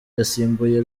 yasimbuye